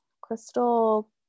crystal